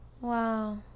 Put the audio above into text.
Wow